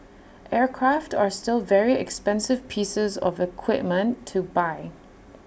aircraft are still very expensive pieces of equipment to buy